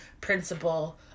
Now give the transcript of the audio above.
principle